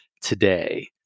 today